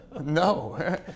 No